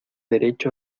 derecho